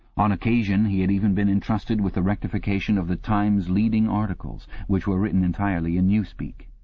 on occasion he had even been entrusted with the rectification of the times leading articles, which were written entirely in newspeak.